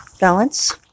balance